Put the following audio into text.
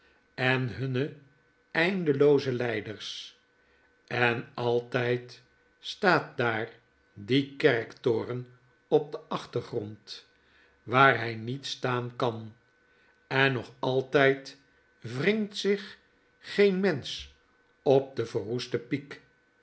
en hunne eindelooze leiders en altgd staat daar die kerktoren op den achtergrond waar hjj niet staan kan en nog altjjd wringt zich geen mensch op de verroeste piek